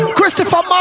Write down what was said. Christopher